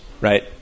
right